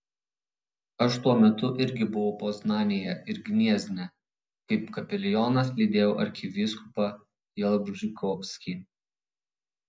aš tuo metu irgi buvau poznanėje ir gniezne kaip kapelionas lydėjau arkivyskupą jalbžykovskį